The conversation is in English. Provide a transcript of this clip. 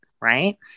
right